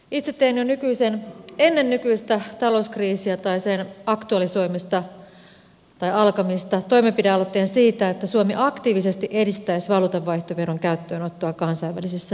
itse tein jo ennen nykyisen talouskriisin alkamista toimenpidealoitteen siitä että suomi aktiivisesti edistäisi valuutanvaihtoveron käyttöönottoa kansainvälisissä neuvotteluissa